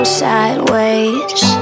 sideways